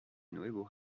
nuevo